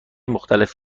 مختلف